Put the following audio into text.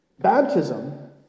Baptism